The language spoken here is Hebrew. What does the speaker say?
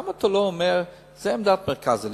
למה אתה לא אומר: זו עמדת מרכז הליכוד,